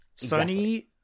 Sony